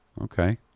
okay